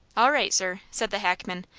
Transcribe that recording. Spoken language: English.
all right, sir, said the hackman.